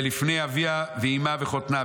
ולפני אביה ואימה וחותנה.